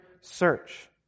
search